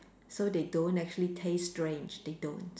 so they don't actually taste strange they don't